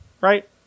right